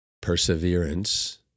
perseverance